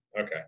Okay